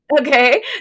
Okay